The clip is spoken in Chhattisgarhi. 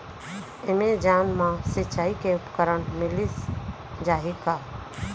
एमेजॉन मा सिंचाई के उपकरण मिलिस जाही का?